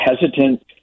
hesitant